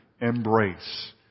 embrace